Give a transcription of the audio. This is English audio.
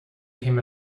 came